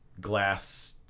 glass